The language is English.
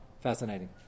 fascinating